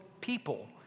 people